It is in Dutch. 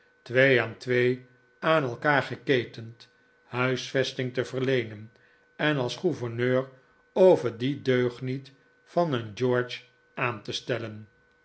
twee aan twee aan elkaar geketend huisvesting te verleenen en als gouverneur over dien deugniet van een george aan te stellen